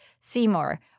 Seymour